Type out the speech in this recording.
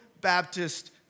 Baptist